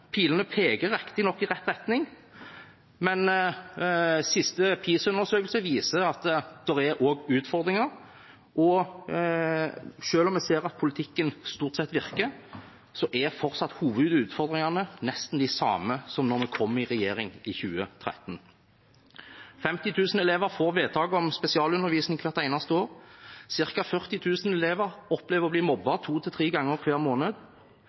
Pilene peker rett nok i riktig retning, men den siste PISA-undersøkelsen viser at det også er utfordringer. Selv om vi ser at politikken stort sett virker, er fortsatt hovedutfordringene nesten de samme som da vi kom i regjering i 2013. 50 000 elever får vedtak om spesialundervisning hvert eneste år. Cirka 40 000 elever opplever å bli mobbet to–tre ganger hver måned.